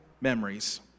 memories